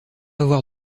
avoir